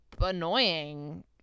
annoying